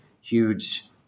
huge